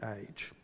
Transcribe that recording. age